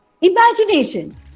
imagination